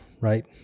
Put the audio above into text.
right